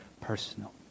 personal